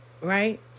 right